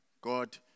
God